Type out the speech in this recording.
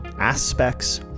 aspects